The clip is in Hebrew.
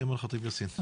אימאן ח'טיב יאסין בבקשה.